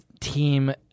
team